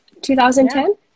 2010